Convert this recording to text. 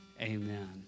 amen